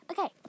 Okay